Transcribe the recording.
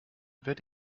werde